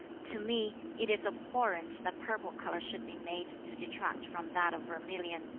to me it is abhorrent that purple color should be made to detract from that of vermilion.